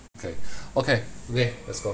okay okay okay let's go